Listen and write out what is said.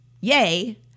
yay